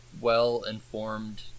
well-informed